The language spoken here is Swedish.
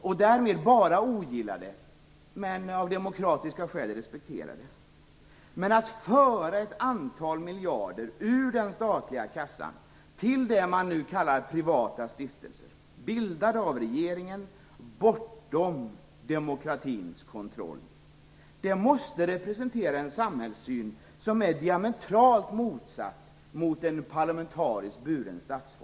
Därmed skulle jag bara ha ogillat det men av demokratiska skäl respekterat det. Men att föra ett antal miljarder ur den statliga kassan till det man nu kallar privata stiftelser, bildade av regeringen, bortom demokratins kontroll måste representera en samhällssyn som är diametralt motsatt en parlamentariskt buren statsform.